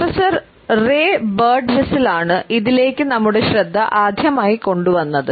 professor Ray ബിർസ്ഡ്വിസ്റ്റെലാണ് ഇതിലേക്ക് നമ്മുടെ ശ്രദ്ധ ആദ്യമായി കൊണ്ടുവന്നത്